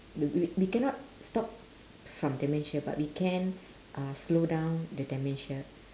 w~ w~ we cannot stop from dementia but we can uh slow down the dementia